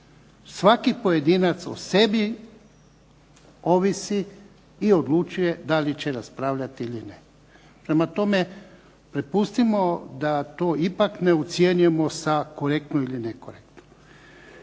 Svaki pojedinac o sebi ovisi i odlučuje da li će raspravljati ili ne. Prema tome, prepustimo da to ipak ne ocjenjujemo sa korektno ili nekorektno.